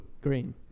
Green